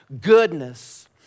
goodness